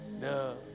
No